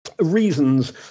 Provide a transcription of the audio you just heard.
reasons